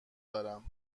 دارم